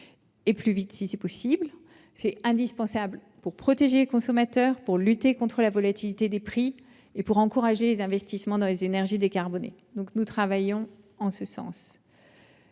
le plus vite possible. C'est indispensable pour protéger les consommateurs, pour lutter contre la volatilité des prix et pour encourager les investissements dans les énergies décarbonées. Nous travaillons en ce sens.